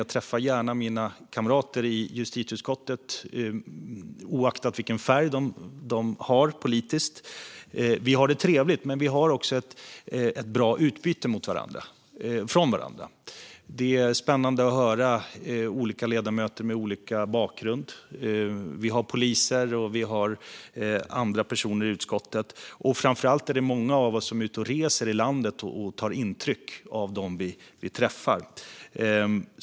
Jag träffar gärna mina kamrater i justitieutskottet, oavsett vilken politisk färg de har. Vi har det trevligt, men vi har också ett bra utbyte av varandra. Det är spännande att höra olika ledamöter med olika bakgrunder. Vi har poliser och andra personer i utskottet. Framför allt är det många av oss som är ute och reser i landet, och vi tar intryck av dem vi träffar.